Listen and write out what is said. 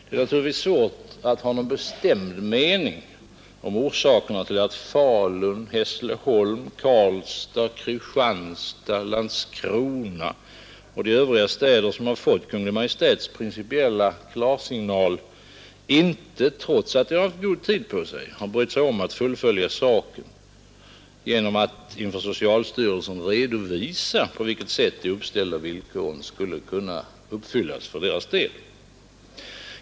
Det är naturligtvis svårt att ha någon bestämd mening om orsakerna till att Falun, Hässleholm, Karlstad, Kristianstad, Landskrona och de övriga städer som har fått Kungl. Maj:ts principiella klarsignal inte, trots att de har haft god tid på sig, har brytt sig om att fullfölja saken genom att inför socialstyrelsen redovisa på vilket sätt de uppställda villkoren skulle kunna uppfyllas för deras del.